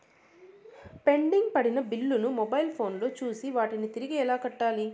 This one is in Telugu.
పెండింగ్ పడిన బిల్లులు ను మొబైల్ ఫోను లో చూసి వాటిని తిరిగి ఎలా కట్టాలి